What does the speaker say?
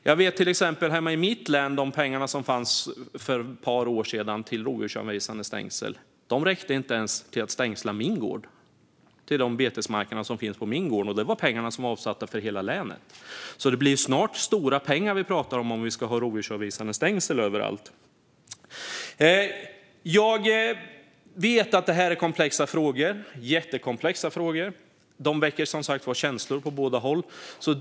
De pengar till rovdjursavvisande stängsel som fanns för hela mitt hemlän för ett par år sedan räckte inte ens till att stängsla in betesmarkerna på min gård. Vi talar alltså stora pengar om vi ska sådana stängsel överallt. Jag vet att det här är jättekomplexa frågor. De väcker som sagt känslor på båda håll.